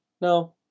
no